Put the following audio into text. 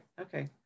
Okay